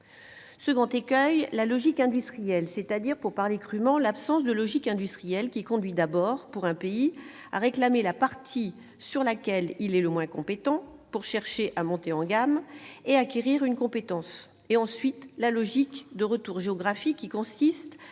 a trait à la logique industrielle, c'est-à-dire, pour parler crûment, l'absence de logique industrielle qui conduit d'abord, pour un pays, à réclamer la partie sur laquelle il est le moins compétent pour chercher à monter en gamme et acquérir une compétence. Ensuite, il y a la logique de retour géographique qui consiste